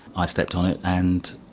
i stepped on it and